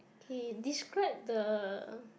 k describe the